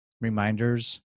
reminders